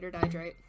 Hydrate